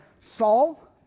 Saul